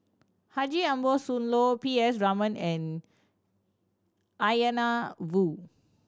Haji Ambo Sooloh P S Raman and Woo